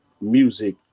music